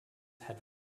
had